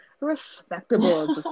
respectable